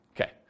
Okay